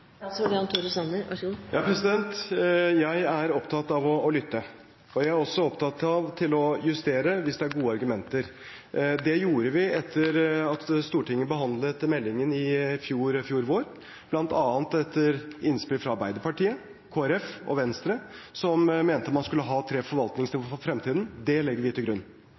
Jeg er opptatt av å lytte. Jeg er også opptatt av å justere hvis det er gode argumenter. Det gjorde vi etter at Stortinget hadde behandlet kommuneproposisjonen i fjor vår, bl.a. etter innspill fra Arbeiderpartiet, Kristelig Folkeparti og Venstre, som mente man skulle ha tre forvaltingsnivåer for fremtiden. Det legger vi til grunn.